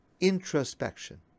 introspection